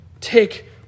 take